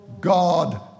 God